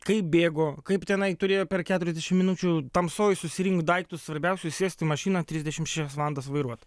kaip bėgo kaip tenai turėjo per keturiasdešim minučių tamsoj susirinkt daiktus svarbiausius sėst į mašiną trisdešim šešias valandas vairuot